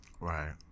Right